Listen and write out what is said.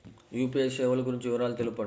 UPI సేవలు గురించి వివరాలు తెలుపండి?